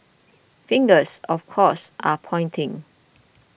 fingers of course are pointing